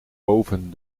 boven